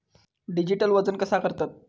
Digital वजन कसा करतत?